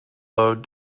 load